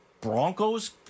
Broncos